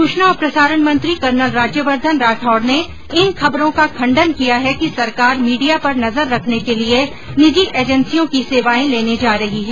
सूचना और प्रसारण मंत्री कर्नल राज्यवर्द्वन राठौड़ ने इन खबरों का खण्डन किया है कि सरकार मीडिया पर नजर रखने के लिए निजी एजेंसियों की सेवाएं लेने जा रही है